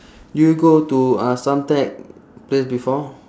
do you go to uh suntec place before